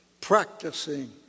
practicing